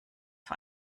vor